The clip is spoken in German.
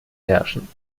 herrschen